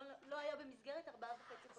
לומד במסגרת כבר ארבעה חודשים וחצי.